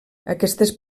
aquestes